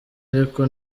ariko